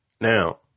now